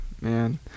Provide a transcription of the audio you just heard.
man